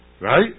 Right